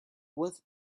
with